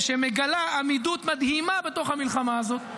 שמגלה עמידות מדהימה בתוך המלחמה הזאת.